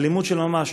אלימות של ממש.